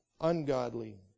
ungodly